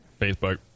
Facebook